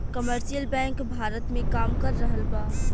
commercial bank Bharat में काम कर रहल बा